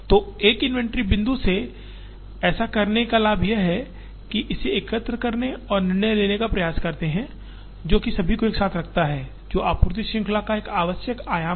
तो एक इन्वेंट्री बिंदु से ऐसा करने का लाभ यह है कि इसे एकत्र करने और निर्णय लेने का प्रयास करते है जो कि सभी को एक साथ रखता हैं जो आपूर्ति श्रृंखला का एक आवश्यक आयाम है